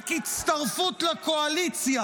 רק הצטרפות לקואליציה,